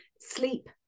sleep